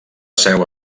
seu